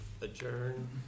adjourn